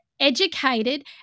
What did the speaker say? Educated